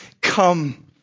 come